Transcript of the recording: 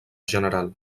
general